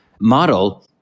model